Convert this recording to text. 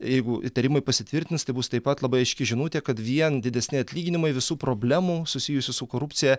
jeigu įtarimai pasitvirtins tai bus taip pat labai aiški žinutė kad vien didesni atlyginimai visų problemų susijusių su korupcija